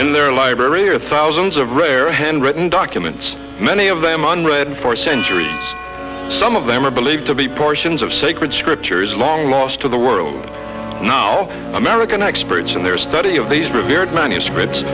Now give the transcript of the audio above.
in their library or thousands of rare handwritten documents many of them unread for centuries some of them are believed to be portions of sacred scripture is long lost to the world now american experts in their study of these revered manuscripts